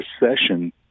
recession